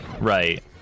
right